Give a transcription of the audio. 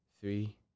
three